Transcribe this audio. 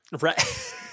Right